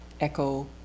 echo